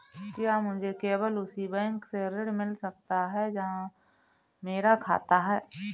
क्या मुझे केवल उसी बैंक से ऋण मिल सकता है जहां मेरा खाता है?